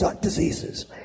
diseases